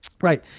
Right